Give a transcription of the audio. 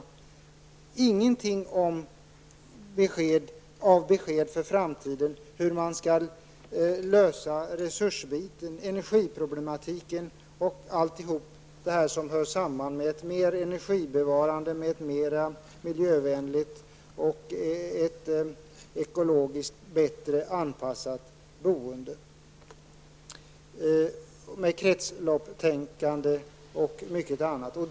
Vi har inte fått några besked för framtiden om hur man skall lösa resursbiten, energiproblemen och allt det som hör samman med ett mer energibevarande, ett mer miljövänligt, ett ekologiskt bättre anpassat boende, med kretsloppstänkande och mycket annat.